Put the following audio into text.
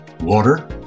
water